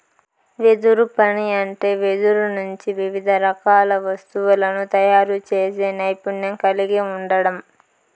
వెదురు పని అంటే వెదురు నుంచి వివిధ రకాల వస్తువులను తయారు చేసే నైపుణ్యం కలిగి ఉండడం